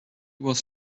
was